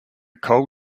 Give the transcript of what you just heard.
coal